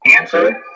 answer